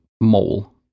mole